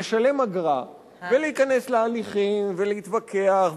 לשלם אגרה ולהיכנס להליכים ולהתווכח,